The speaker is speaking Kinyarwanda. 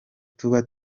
tuba